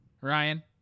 Ryan